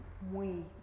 muy